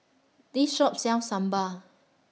This Shop sells Sambar